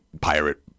pirate